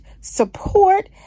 support